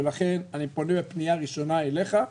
ולכן אני פונה בפנייה ראשונה אליך,